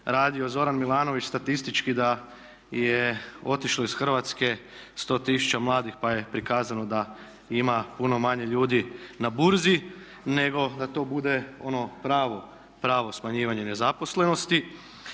radio Zoran Milanović statistički da je otišlo iz Hrvatske 100 000 mladih pa je prikazano da ima puno manje ljudi na burzi nego da to bude ono pravo smanjivanje nezaposlenosti.